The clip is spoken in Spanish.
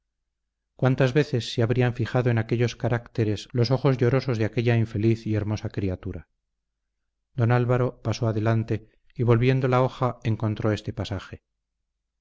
cuántas veces se habrían fijado en aquellos carácteres los ojos llorosos de aquella infeliz y hermosa criatura don álvaro pasó adelante y volviendo la hoja encontró este pasaje